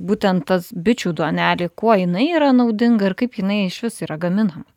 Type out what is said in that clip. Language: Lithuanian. būtent tas bičių duonelė kuo jinai yra naudinga ir kaip jinai išvis yra gaminama